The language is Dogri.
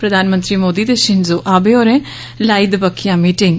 प्रधानमंत्री मोदी ते शिंजो अबे होरें लाई दबक्खिया मीटिंग